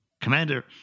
Commander